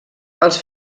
els